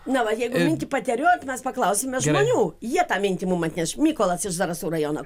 na va jeigu mintį pateriojot mes paklausime žmonių jie tą mintį mum atneš mykolas iš zarasų rajono